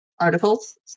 articles